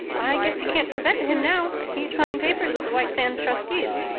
i guess you can't prevent him now. he's signed papers with the white sands trustees.